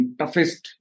toughest